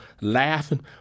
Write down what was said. laughing